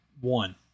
one